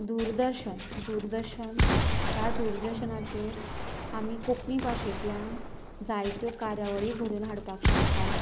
दुरदर्शन दुरदर्शन ह्या दुरदर्शनाचेर आमी कोंकणी भाशेंतल्यान जायत्यो कार्यावळीं घडोवन हाडपाक शकतात